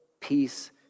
peace